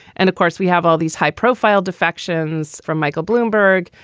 and of course, we have all these high profile defections from michael bloomberg,